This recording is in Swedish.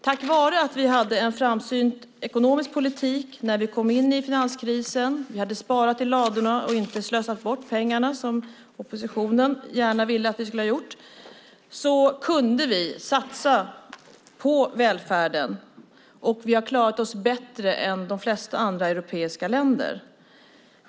Tack vare att vi hade en framsynt ekonomisk politik när vi kom in i finanskrisen - vi hade sparat i ladorna och inte slösat bort pengarna, som oppositionen gärna ville att vi skulle ha gjort - kunde vi satsa på välfärden. Vi har klarat oss bättre än de flesta andra europeiska länder.